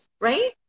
right